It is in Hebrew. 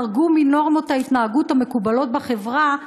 חרגו מנורמות ההתנהגות המקובלות בחברה,